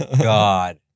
god